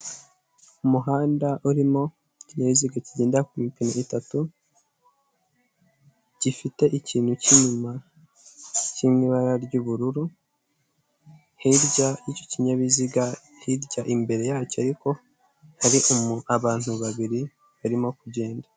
Umuhanda urimo ikinyabiziga kigenda ku mipine itatu, gifite ikintu cy'inyuma kiri mu ibara ry'ubururu, hirya y'icyo kinyabiziga hirya imbere yacyo ariko, hari abantu babiri barimo kugenda.